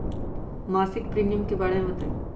मासिक प्रीमियम के बारे मे बताई?